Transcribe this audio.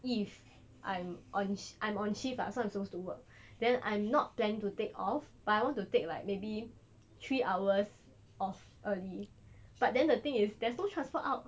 if I'm on I'm on shift lah so I'm supposed to work then I'm not plan to take off but I want to take like maybe three hours off early but then the thing is there's no transfer out